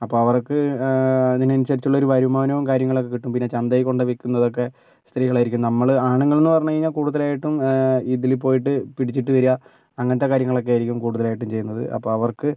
അപ്പോൾ അവർക്ക് അതിനനുസരിച്ചുള്ള ഒരു വരുമാനോം കാര്യങ്ങളൊക്കെ കിട്ടും പിന്നെ ചന്തേക്കൊണ്ടുപോയി വിൽക്കുന്നതൊക്കെ സ്ത്രീകളായിരിക്കും നമ്മൾ ആണുങ്ങളെന്ന് പറഞ്ഞു കഴിഞ്ഞാൽ കൂടുതലായിട്ടും ഇതിൽ പോയിട്ട് പിടിച്ചിട്ട് വരാ അങ്ങനത്തെ കാര്യങ്ങളൊക്കെയായിരിക്കും കൂടുതൽ ആയിട്ടും ചെയ്യുന്നത് അപ്പോൾ അവർക്ക്